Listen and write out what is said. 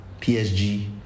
PSG